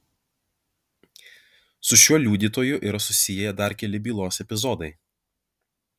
su šiuo liudytoju yra susiję dar keli bylos epizodai